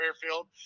Fairfield